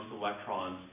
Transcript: electrons